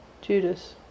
Judas